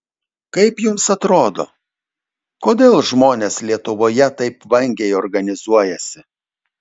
kaip jums atrodo kodėl žmonės lietuvoje taip vangiai organizuojasi